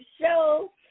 show